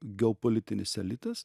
geopolitinis elitas